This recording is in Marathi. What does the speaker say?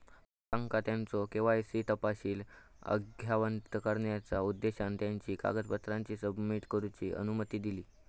ग्राहकांका त्यांचो के.वाय.सी तपशील अद्ययावत करण्याचा उद्देशान त्यांची कागदपत्रा सबमिट करूची अनुमती दिली